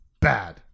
bad